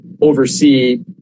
oversee